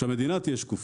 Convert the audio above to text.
שהמדינה תהיה שקופה,